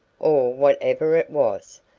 or whatever it was,